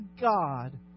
God